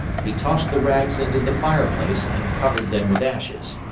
he tossed the rags into the fireplace and covered them with ashes.